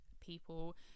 people